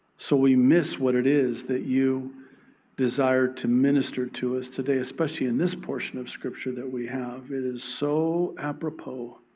so we miss what it is that you desire to minister to us today, especially in this portion of scripture that we have. it is so apropos.